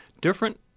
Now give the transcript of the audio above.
different